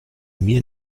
mir